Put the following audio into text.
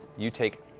you take